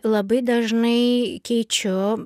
labai dažnai keičiu